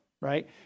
right